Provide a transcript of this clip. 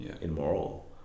Immoral